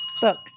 Books